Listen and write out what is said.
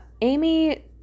Amy